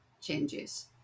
changes